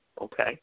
Okay